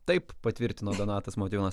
taip patvirtino donatas motiejūnas